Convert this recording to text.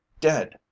dead